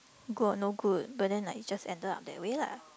good or no good but then like it just ended up that way lah